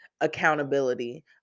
accountability